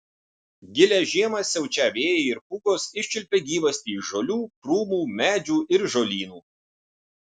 gilią žiemą siaučią vėjai ir pūgos iščiulpia gyvastį iš žolių krūmų medžių ir žolynų